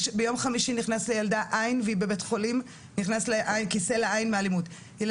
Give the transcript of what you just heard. ביום חמישי נכנס לילדה כיסא לעין מאלימות והיא בבית חולים.